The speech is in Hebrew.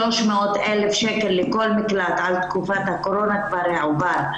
300,000 שקל לכל מקלט על תקופת הקורונה כבר הועבר.